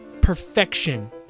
perfection